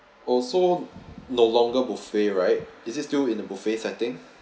oh so no longer buffet right is it still in the buffet setting